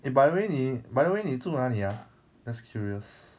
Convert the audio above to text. eh by the way 你 by the way 你住哪里 ah just curious